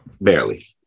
Barely